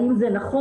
האם זה נכון,